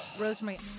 Rosemary